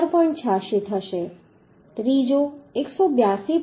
86 થશે ત્રીજો 182